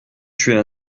tuer